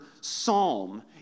psalm